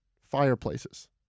fireplaces